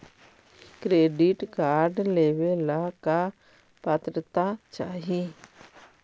Credit card लेवेला का पात्रता चाही?